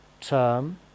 term